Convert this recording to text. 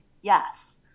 Yes